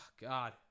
god